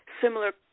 similar